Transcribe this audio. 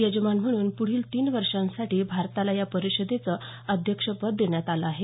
यजमान म्हणून पुढील तीन वर्षांसाठी भारताला या परिषदेचं अध्यक्षपद देण्यात आलं आहे